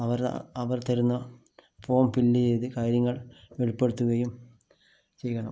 അവർ അവർ തരുന്ന form fill ചെയ്ത് കാര്യങ്ങൾ വെളിപ്പെടുത്തുകയും ചെയ്യണം